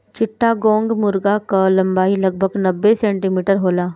चिट्टागोंग मुर्गा कअ लंबाई लगभग नब्बे सेंटीमीटर होला